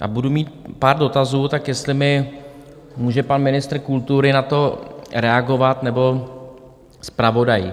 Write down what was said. A budu mít pár dotazů, tak jestli mi může pan ministr kultury na to reagovat nebo zpravodaj.